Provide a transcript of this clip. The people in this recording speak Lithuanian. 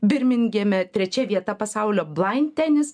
birmingeme trečia vieta pasaulio blaintenis